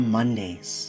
Mondays